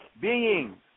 beings